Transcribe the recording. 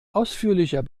ausführlicher